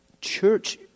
Church